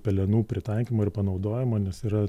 pelenų pritaikymo ir panaudojimo nes yra